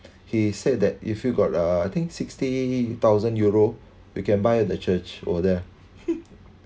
he said that if you got uh I think sixty thousand euro we can buy the church over there